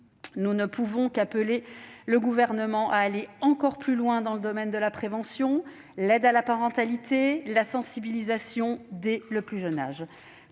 Nous ne pouvons qu'appeler le Gouvernement à aller encore plus loin dans les domaines de la prévention, de l'aide à la parentalité et de la sensibilisation dès le plus jeune âge.